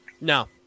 No